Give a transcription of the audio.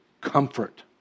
comfort